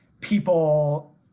people